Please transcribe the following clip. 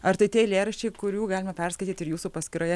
ar tai tie eilėraščiai kurių galima perskaityt ir jūsų paskyroje